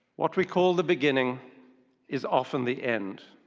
what we call the beginning is often the end.